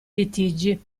litigi